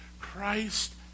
Christ